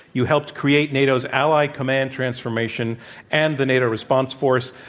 you helped create nato's allied command transformation and the nato response force.